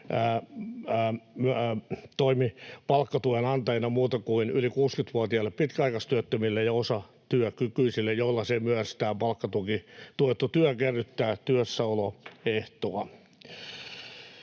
toimi palkkatuen antajina muuta kuin yli 60-vuotiaille pitkäaikaistyöttömille ja osatyökykyisille, joilla myös tämä palkkatuki, tuettu työ kerryttää työssäoloehtoa.